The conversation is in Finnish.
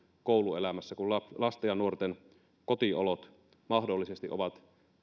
kouluelämässä kun lasten ja nuorten kotiolot mahdollisesti ovat